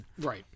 Right